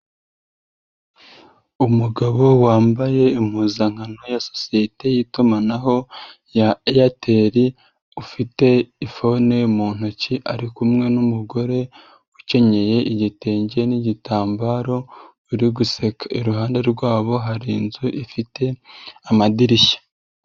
Umugabo wambaye impuzankano ya societe yi'itumanaho ya Airtel ufite ifone mu ntoki ari kumwe n'umugore ukenyeye igitenge n'gitambaro, uri guseka iruhande rwabo hari inzu ifite amadirishya.